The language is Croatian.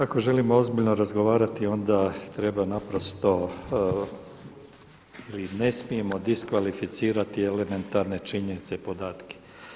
Ako želimo ozbiljno razgovarati onda treba naprosto ili ne smijemo diskvalificirati elementarne činjenice i podatke.